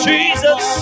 Jesus